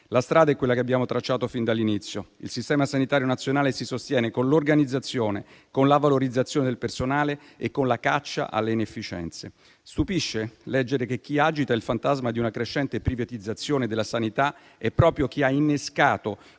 La strada è quella che abbiamo tracciato fin dall'inizio. Il Sistema sanitario nazionale si sostiene con l'organizzazione, con la valorizzazione del personale e con la caccia alle inefficienze. Stupisce leggere che chi agita il fantasma di una crescente privatizzazione della sanità è proprio chi ha innescato